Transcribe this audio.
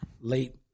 late